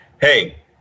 hey